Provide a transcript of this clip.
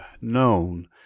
known